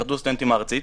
התאחדות הסטודנטים הארצית.